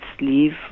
leave